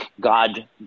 God